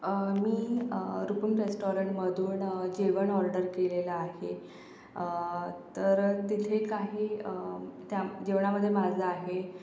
मी रुपम रेस्टॉरंटमधून जेवण ऑर्डर केलेलं आहे तर तिथे काही त्या जेवणामध्ये भाज्या आहे